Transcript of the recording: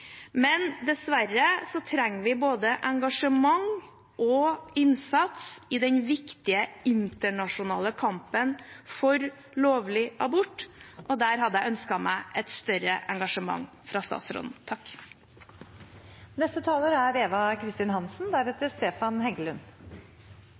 Men dessverre trenger vi både engasjement og innsats i den viktige internasjonale kampen for lovlig abort, og der hadde jeg ønsket meg et større engasjement fra statsråden. Tusen takk